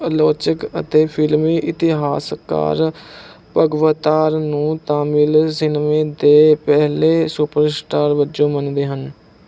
ਆਲੋਚਕ ਅਤੇ ਫਿਲਮੀ ਇਤਿਹਾਸਕਾਰ ਭਗਵਤਾਰ ਨੂੰ ਤਾਮਿਲ ਸਿਨੇਮੇ ਦੇ ਪਹਿਲੇ ਸੁਪਰਸਟਾਰ ਵਜੋਂ ਮੰਨਦੇ ਹਨ